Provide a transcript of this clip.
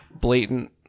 blatant